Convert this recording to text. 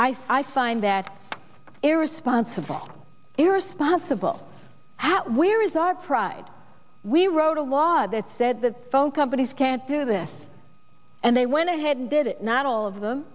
i find that irresponsible irresponsible where is our pride we wrote a law that said the phone companies can't do this and they went ahead and did it not all of them